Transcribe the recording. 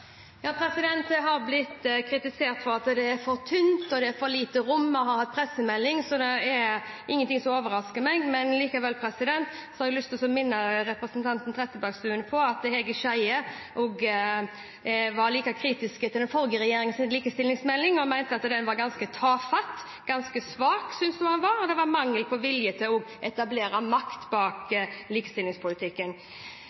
har blitt kritisert for at det er for tynt, at det er for lite rom. Vi har hatt pressekonferanse, så det er ingenting som overrasker meg, men likevel har jeg lyst å minne representanten Trettebergstuen om at Hege Skjeie var like kritisk til den forrige regjeringens likestillingsmelding og mente at den var ganske tafatt og ganske svak, og at det var mangel på vilje til å etablere makt bak likestillingspolitikken.